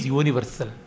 universal